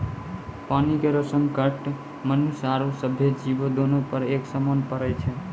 पानी केरो संकट मनुष्य आरो सभ्भे जीवो, दोनों पर एक समान पड़ै छै?